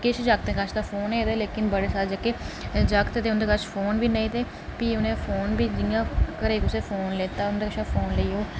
किश जागतै कश ते फोन लेकिन बड़े सारे जेह्के जागत ते उंदे कश फोन बी नेईं हे प्ही उ'नें फोन बी जि'यं घरै कुसै फोन लैता उं'दे कशा फोन लेइयै ओह्